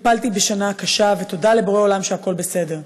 טופלתי בשנה קשה, ותודה לבורא עולם שהכול בסדר.